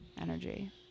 energy